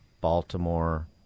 Baltimore